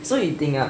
so you think ah